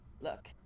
Look